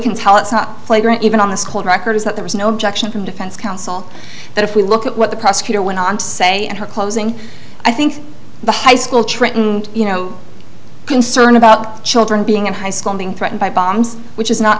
can tell it's not even on the record is that there was no objection from defense counsel that if we look at what the prosecutor went on to say in her closing i think the high school trenton you know concern about children being in high school being threatened by bombs which is not